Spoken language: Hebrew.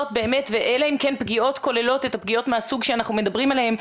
אלא אם כן פגיעות כוללות את הפגיעות מהסוג שאנחנו מדברים עליהם,